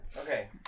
okay